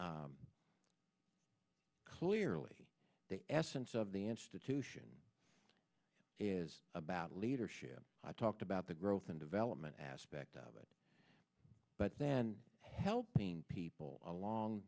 o clearly the essence of the institution is about leadership i talked about the growth and development aspect of it but then helping people along